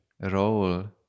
role